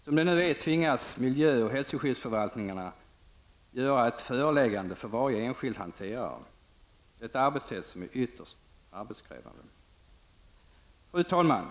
Som det nu är tvingas miljö och hälsoskyddsförvaltningarna att göra ett föreläggande för varje enskild hanterare, vilket är ytterst arbetskrävande. Fru talman!